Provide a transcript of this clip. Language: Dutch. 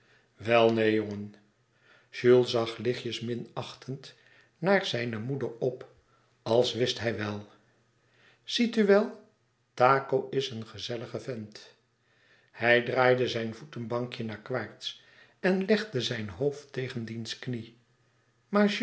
wel neen jongen jules zag lichtjes minachtend naar zijne moeder op als wist hij wel ziet u wel taco is een gezellige vent hij draaide zijn voetebankje naar quaerts en legde zijn hoofd tegen diens knie maar